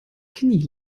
knie